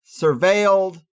surveilled